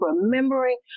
remembering